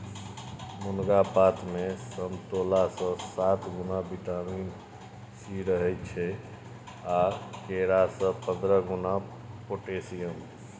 मुनगा पातमे समतोलासँ सात गुणा बिटामिन सी रहय छै आ केरा सँ पंद्रह गुणा पोटेशियम